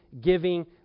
giving